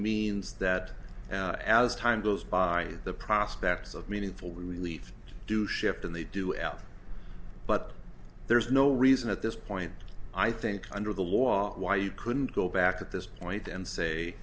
means that as time goes by the prospects of meaningful relief do shift and they do out but there's no reason at this point i think under the law why you couldn't go back at this point and say